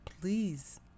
please